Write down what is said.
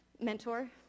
mentor